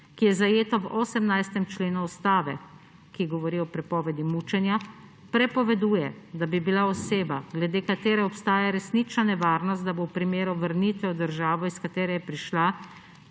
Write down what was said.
ki je zajeto v 18. členu Ustave, ki govori o prepovedi mučenja, prepoveduje, da bi bila oseba, glede katere obstaja resnična nevarnost, da bo v primeru vrnitve v državo, iz katere je prišla,